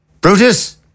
Brutus